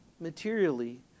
materially